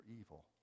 evil